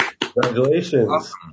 Congratulations